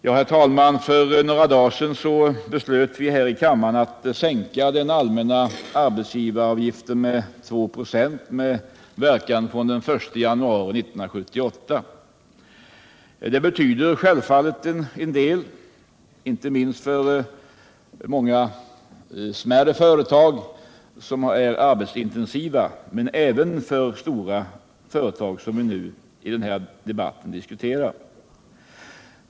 Herr talman! För några dagar sedan beslöt vi här i kammaren att sänka den allmänna arbetsgivaravgiften med 2 26 med verkan från den 1 januari 1978. Det betyder självfallet en del, inte minst för många smärre företag som är arbetsintensiva, men även för så stora företag som vi nu diskuterar.